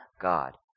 God